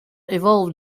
evolved